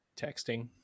texting